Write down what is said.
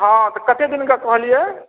हँ तऽ कतेक दिनके कहलिए